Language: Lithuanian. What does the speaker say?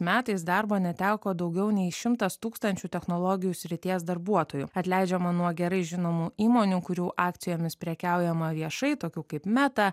metais darbo neteko daugiau nei šimtas tūkstančių technologijų srities darbuotojų atleidžiama nuo gerai žinomų įmonių kurių akcijomis prekiaujama viešai tokių kaip meta